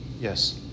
Yes